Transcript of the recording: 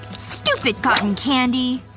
stupid cotton candy.